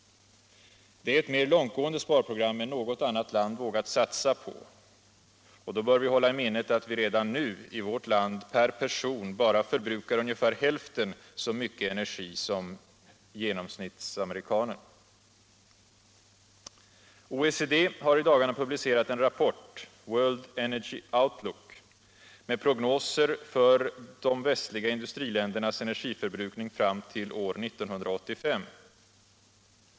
Det är ett mer långtgående sparprogram än något annat land vågat satsa på. Och då bör vi hålla i minnet att vi redan nu i vårt land per person bara förbrukar ungefär hälften så mycket energi som genomsnittsamerikanen. OECD har i dagarna publicerat en rapport, World Energy Outlook, med prognoser för de västliga industriländernas energiförbrukning fram till år 1985.